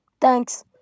Thanks